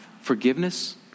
forgiveness